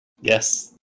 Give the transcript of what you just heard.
Yes